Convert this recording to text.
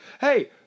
hey